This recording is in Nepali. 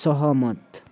सहमत